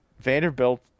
Vanderbilt